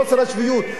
חוסר הסבירות,